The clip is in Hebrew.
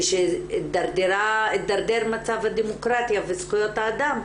כשהידרדר מצב הדמוקרטיה וזכויות האדם,